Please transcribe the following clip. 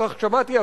כך שמעתי,